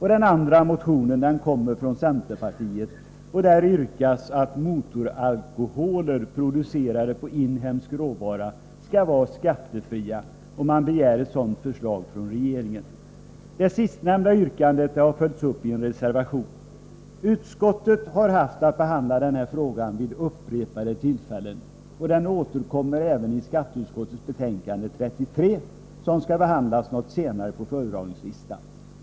I den andra motionen, som kommer från centerpartiet, yrkas att motoralkoholer producerade på inhemsk råvara skall vara skattefria. Man begär ett sådant förslag från regeringen. Det sistnämnda yrkandet har följts upp i en reservation. Skatteutskottet har haft att behandla denna fråga vid upprepade tillfällen, och den återkommer även i skatteutskottets betänkande 33, som skall behandlas något senare på föredragningslistan.